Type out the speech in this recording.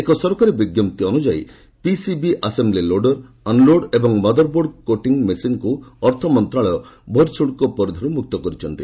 ଏକ ସରକାରୀ ବିଜ୍ଞପ୍ତି ଅନୁଯାୟୀ ପିସିବି ଆସେମ୍ବି ଲୋଡର ଅନ୍ଲୋଡ ଏବଂ ମଦର୍ବୋର୍ଡ କୋଟିଂ ମେସିନ୍କୁ ଅର୍ଥମନ୍ତ୍ରଣାଳୟ ବହିଃଶୁଳ୍କ ପରିଧିରୁ ମୁକ୍ତ କରିଛନ୍ତି